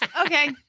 okay